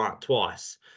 twice